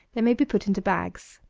they may be put into bags.